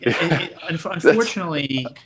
unfortunately